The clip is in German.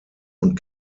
und